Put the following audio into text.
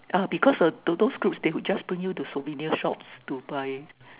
uh because uh those could who just bring you to souvenir shops to buy